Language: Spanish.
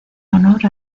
honor